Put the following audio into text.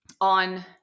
on